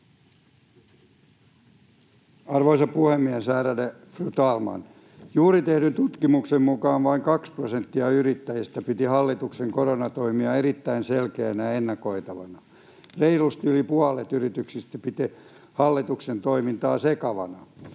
Arvoisa puhemies, ärade fru talman! Juuri tehdyn tutkimuksen mukaan vain 2 prosenttia yrittäjistä piti hallituksen koronatoimia erittäin selkeinä ja ennakoitavina, reilusti yli puolet yrityksistä piti hallituksen toimintaa sekavana.